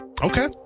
Okay